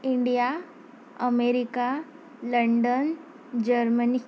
India America London Germany